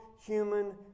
human